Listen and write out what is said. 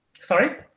sorry